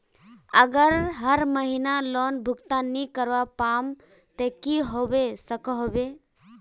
अगर हर महीना लोन भुगतान नी करवा पाम ते की होबे सकोहो होबे?